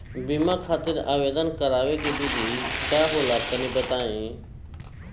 बीमा खातिर आवेदन करावे के विधि का होला तनि बताईं?